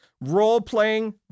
Role-playing